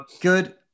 Good